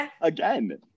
again